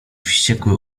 wściekłe